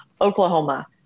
Oklahoma